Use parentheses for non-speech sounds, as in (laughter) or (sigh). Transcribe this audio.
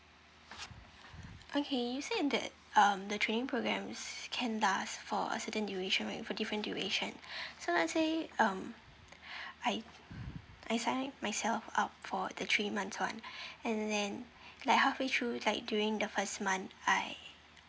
okay you said that um the training program is can does for a certain duration when for different duration so (breath) let's say um (breath) I I signed myself up for the three months [one] (breath) and then like halfway through like during the first month I